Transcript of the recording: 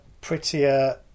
prettier